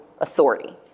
authority